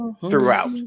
throughout